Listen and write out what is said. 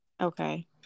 Okay